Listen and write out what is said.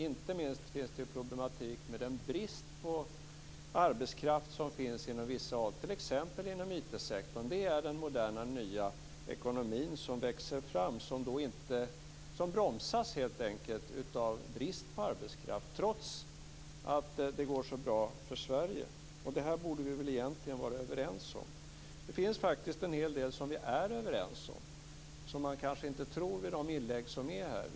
Inte minst finns det problematik med den brist på arbetskraft som finns på vissa håll, t.ex. inom IT-sektorn. Det är den moderna nya ekonomi som växer fram som helt enkelt bromsas av brist på arbetskraft, trots att det går så bra för Sverige. Det här borde vi egentligen vara överens om. Det finns faktiskt en hel del som vi är överens om; det kanske man inte tror i och med de inlägg som är här.